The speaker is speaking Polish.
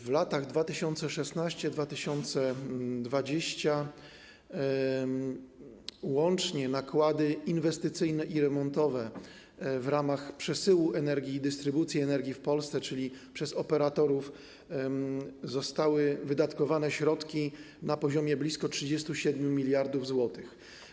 W latach 2016-2020 łącznie na nakłady inwestycyjne i remontowe w ramach przesyłu energii i dystrybucji energii w Polsce, czyli przez operatorów, zostały przeznaczone środki na poziomie blisko 37 mld zł.